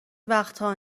وقتها